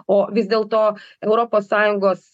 o vis dėlto europos sąjungos